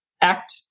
act